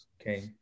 Okay